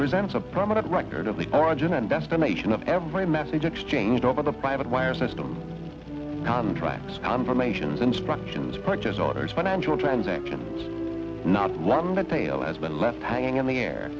presents a permanent record of the origin and destination of every message exchanged over the private wire system contracts confirmations instructions purchase orders financial transactions not lumber tail has been left hanging in the air